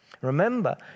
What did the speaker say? Remember